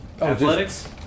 athletics